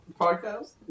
podcast